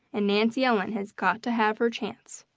and nancy ellen has got to have her chance.